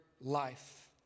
life